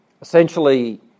essentially